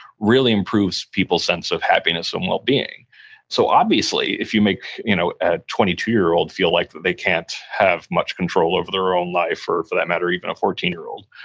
really improves people's sense of happiness and well-being so obviously, if you make you know a twenty two year old feel like they can't have much control over their own life or for that matter, even a fourteen year old,